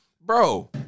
Bro